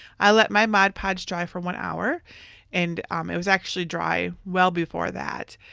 i let my mod podge dry for one hour and um it was actually dry well before that.